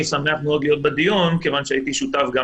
אני שמח מאוד להיות בדיון כיוון שהייתי שותף גם